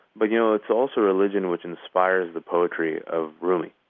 but you know it's also a religion which inspires the poetry of rumi,